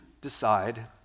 decide